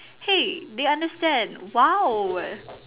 hey they under stand !wow!